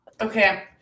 Okay